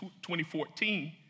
2014